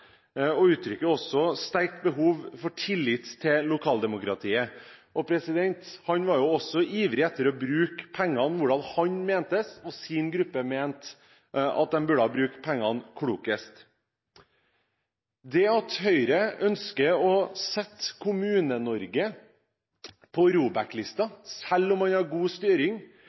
også her i salen og uttrykker sterkt behov for tillit til lokaldemokratiet. Han var også ivrig etter å bruke pengene på den måten han og hans gruppe mente pengene burde brukes klokest. At Høyre ønsker å sette Kommune-Norge på ROBEK-lista, selv om en har god styring,